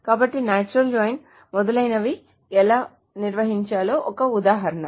కాబట్టి natural join మొదలైనవి ఎలా నిర్వచించాలో ఇది ఒక ఉదాహరణ